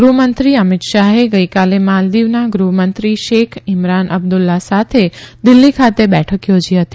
ગૃહ મંત્રી અમીત શાહે ગઇકાલે માલદીવના ગૃહમંત્રી શેખ ઇમરાન અબ્દુલ્લા સાથે દિલ્ફી ખાતે બેઠક થોજી હતી